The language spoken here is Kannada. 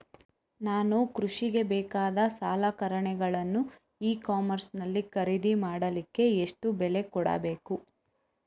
ನಾನು ಕೃಷಿಗೆ ಬೇಕಾದ ಸಲಕರಣೆಗಳನ್ನು ಇ ಕಾಮರ್ಸ್ ನಲ್ಲಿ ಖರೀದಿ ಮಾಡಲಿಕ್ಕೆ ಎಷ್ಟು ಬೆಲೆ ಕೊಡಬೇಕು?